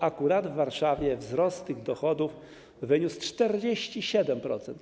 Akurat w Warszawie wzrost tych dochodów wyniósł 47%.